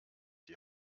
die